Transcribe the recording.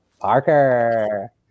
Parker